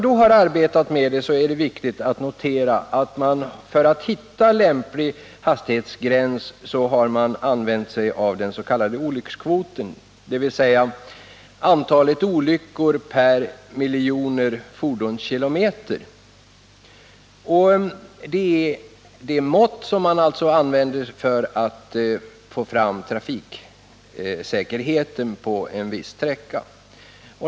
Det är då viktigt att notera att för att hitta lämplig hastighetsgräns har man använt sig av den s.k. olyckskvoten, dvs. antalet olyckor per miljon fordonskilometer. Detta är det mått med vilket man anger trafiksäkerheten påen viss sträcka.